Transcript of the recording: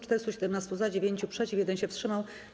417 - za, 9 - przeciw, 1 się wstrzymał.